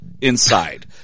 Inside